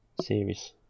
series